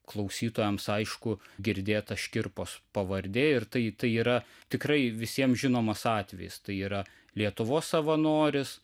klausytojams aišku girdėta škirpos pavardė ir tai yra tikrai visiems žinomas atvejis tai yra lietuvos savanoris